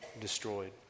destroyed